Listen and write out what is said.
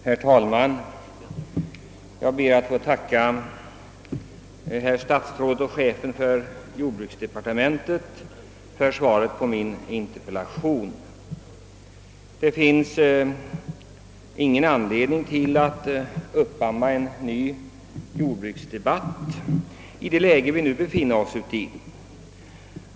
Herr talman! Jag ber att få tacka statsrådet och chefen för jordbruksdepartementet för svaret på min interpellation. Det finns ingen anledning att uppamma en ny jordbruksdebatt i det nuvarande läget.